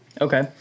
Okay